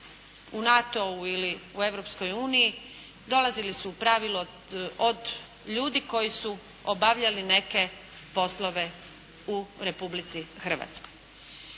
uniji, dolazili su u pravilu od ljudi koji su obavljali neke poslove u Republici Hrvatskoj.